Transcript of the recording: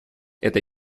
это